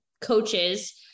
coaches